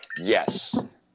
Yes